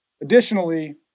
Additionally